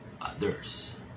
others